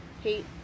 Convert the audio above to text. hate